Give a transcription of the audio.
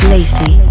Lacey